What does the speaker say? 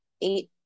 eight